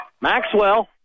Maxwell